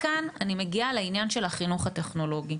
וכאן אני מגיעה לעניין של החינוך הטכנולוגי.